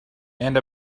and